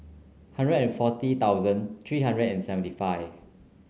hundred and forty thousand three hundred and seventy five